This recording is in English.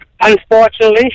Unfortunately